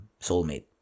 soulmate